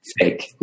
fake